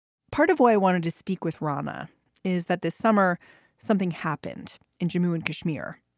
part of why i wanted to speak with rama is that this summer something happened in jammu and kashmir,